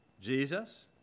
Jesus